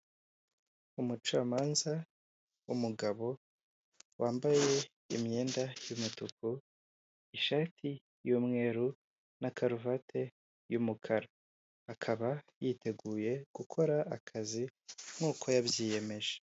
Umucamanza w'umugabo wambaye imyenda y'umutuku ishati y'umweru na karuvati y'umukara akaba yiteguye gukora akazi nkuko yabyiyemeje.